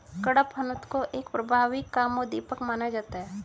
कडपहनुत को एक प्रभावी कामोद्दीपक माना जाता है